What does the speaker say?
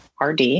RD